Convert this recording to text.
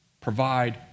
provide